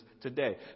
today